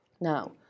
now